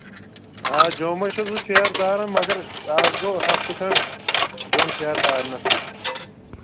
آ جوٚمٕے چھُس بہٕ پھیرٕ تارَان مگر اَز گوٚو ہفتہٕ کھنٛڈ جوٚم پھیرٕ تارنَسٕے